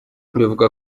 bivugwa